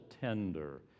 tender